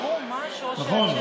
נכון?